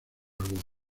alguno